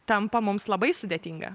tampa mums labai sudėtinga